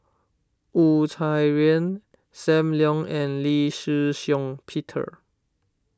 Wu Tsai Yen Sam Leong and Lee Shih Shiong Peter